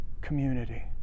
community